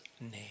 name